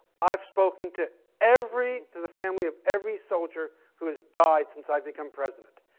i've spoken to every to the family of every soldier who has died since i've become president.